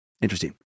Interesting